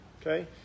Okay